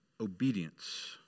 obedience